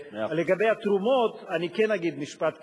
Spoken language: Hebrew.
לגבי התרומות, אני כן אגיד משפט קיצוני: